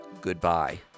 Goodbye